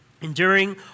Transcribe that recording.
Enduring